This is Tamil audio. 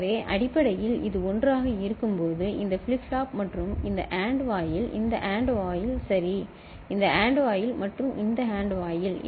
எனவே அடிப்படையில் இது 1 ஆக இருக்கும்போது இந்த flip flop மற்றும் இந்த AND வாயில் இந்த AND வாயில் சரி இந்த AND வாயில் மற்றும் இந்த AND வாயில்